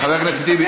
חבר הכנסת טיבי,